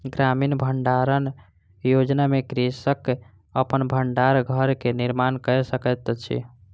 ग्रामीण भण्डारण योजना में कृषक अपन भण्डार घर के निर्माण कय सकैत अछि